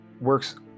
Works